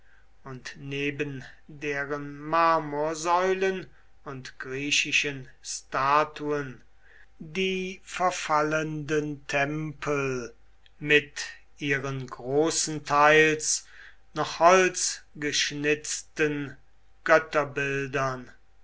und neben deren marmorsäulen und griechischen statuen die verfallenden tempel mit ihren großenteils noch